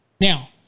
Now